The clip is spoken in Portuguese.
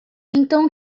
então